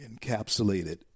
encapsulated